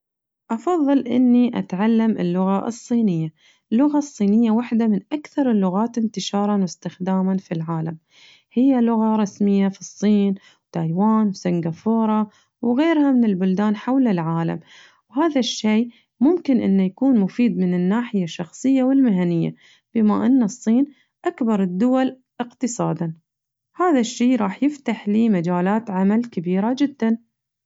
أفضل إني أتعلم اللغة الصينية، اللغة الصينية وحة من أكثر اللغات انتشاراً واستخداماً في العالم هي لغة رسمية في الصين تايوان وسنغافورة وغيرها الكثير من البلدان حول العالم هذا الشي ممكن إنه يكون مفيد من الناحية الشخصية والمهنية بما إنه الصين أكبر الدول اقتصاداً هذا الشي راح يفتح لي مجالات عمل كبيرة جداً.